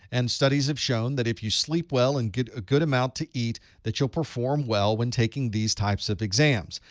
and studies have shown that if you sleep well and get a good amount to eat that you'll perform well when taking these types of exams.